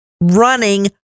running